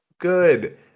good